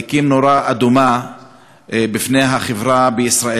שאני חושב שהם מדליקים נורה אדומה בפני החברה בישראל.